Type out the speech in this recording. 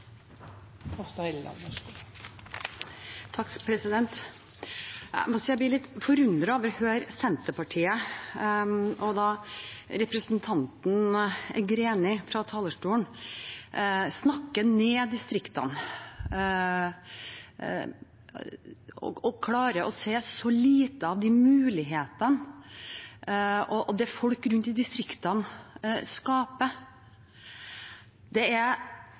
må si jeg blir litt forundret når Senterpartiet og representanten Greni fra talerstolen snakker ned distriktene og klarer å se så lite av mulighetene og det folk rundt i distriktene skaper. Det er